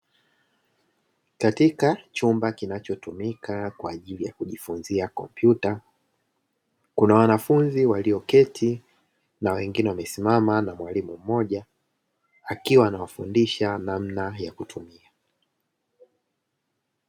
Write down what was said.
Katika chumba kinachotumika kwa ajili ya kujifunzia kompyuta, kuna wanafunzi walioketi na wengine wamesimama na mwalimu mmoja akiwa anawafundisha namna ya kutumia.